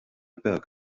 beag